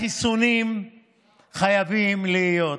החיסונים חייבים להיות.